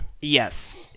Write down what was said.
yes